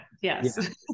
yes